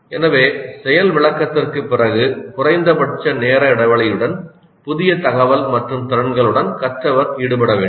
எனவே செயல் விளக்கத்திற்குப் பிறகு குறைந்தபட்ச நேர இடைவெளியுடன் புதிய தகவல் மற்றும் திறன்களுடன் கற்றவர் ஈடுபட வேண்டும்